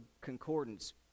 Concordance